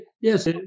yes